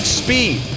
speed